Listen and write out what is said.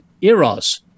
Eros